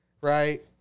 right